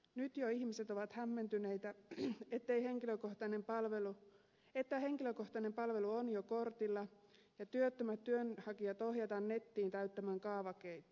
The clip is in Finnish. nyt jo ihmiset ovat hämmentyneitä siitä että henkilökohtainen palvelu on jo kortilla ja työttömät työnhakijat ohjataan nettiin täyttämään kaavakkeita